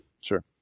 Sure